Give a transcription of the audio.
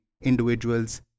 individuals